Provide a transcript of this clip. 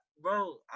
bro